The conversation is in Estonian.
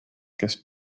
kes